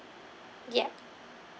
ya